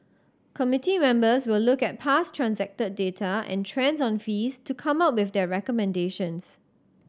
committee members will look at past transacted data and trends on fees to come up with their recommendations